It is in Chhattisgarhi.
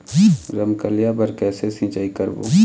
रमकलिया बर कइसे सिचाई करबो?